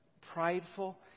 prideful